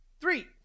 Three